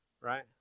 Right